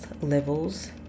levels